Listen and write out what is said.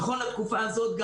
נכון לתקופה הזאת,